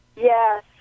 Yes